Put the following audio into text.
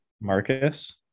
Marcus